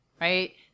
right